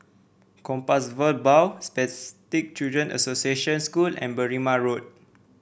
Compassvale Bow Spastic Children Association School and Berrima Road